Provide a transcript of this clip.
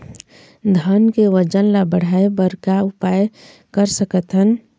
धान के वजन ला बढ़ाएं बर का उपाय कर सकथन?